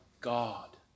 God